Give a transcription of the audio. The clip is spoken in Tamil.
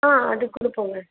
ஆ அதுக்குள்ள போங்க